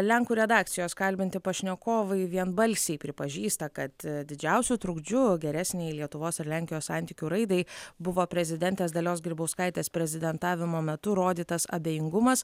lenkų redakcijos kalbinti pašnekovai vienbalsiai pripažįsta kad didžiausiu trukdžiu geresnei lietuvos ir lenkijos santykių raidai buvo prezidentės dalios grybauskaitės prezidentavimo metu rodytas abejingumas